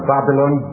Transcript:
Babylon